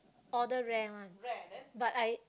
order Ray one